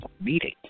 Meeting